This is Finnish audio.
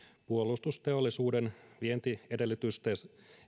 puolustusteollisuuden vientiedellytysten